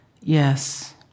Yes